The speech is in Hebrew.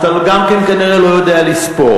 אז אתה גם כן כנראה לא יודע לספור,